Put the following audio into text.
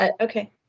okay